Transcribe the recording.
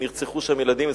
נרצחו שם ילדים.